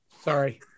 Sorry